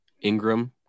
Ingram